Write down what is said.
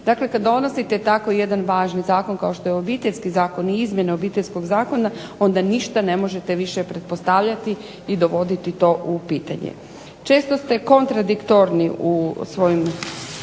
Dakle, kad donosite tako jedan važan zakon kao što je Obiteljski zakon i izmjene Obiteljskog zakona onda ništa ne možete više pretpostavljati i dovoditi to u pitanje. Često ste kontradiktorni u svojem